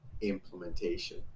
implementation